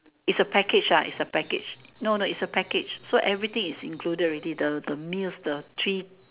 it's a package ah it's a package no no is a package so everything is included already the the meals the trip